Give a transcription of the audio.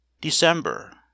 december